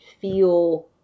feel